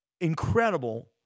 incredible